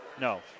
No